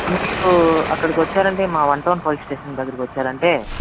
మీరు అక్కడికొచ్చారంటే మా వన్ టౌన్ పోలీస్ స్టేషన్ దగ్గరికొచ్చారంటే